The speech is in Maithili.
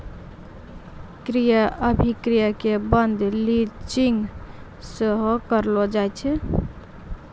क्रय अभिक्रय के बंद लीजिंग सेहो कहलो जाय छै